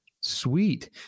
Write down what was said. sweet